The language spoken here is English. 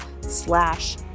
slash